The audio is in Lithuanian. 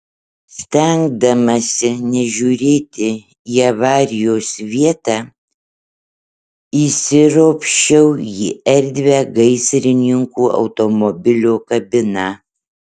stengdamasi nežiūrėti į avarijos vietą įsiropščiau į erdvią gaisrininkų automobilio kabiną